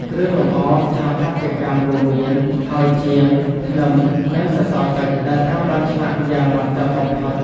គ្រឿងលម្អស្ថាបត្យកម្មរួមមាន ហោជាង ធ្នឹម និងសសរពេជ្រ ដែលត្រូវបានឆ្លាក់យ៉ាងហ្មត់ចត់បំផុត។